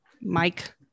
Mike